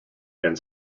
and